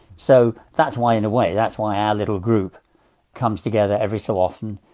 so, that's why, in a way, that's why our little group comes together every so often.